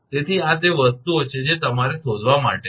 તેથી આ તે વસ્તુઓ છે જે તમારે શોધવા માટે છે